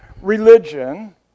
religion